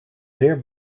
zeer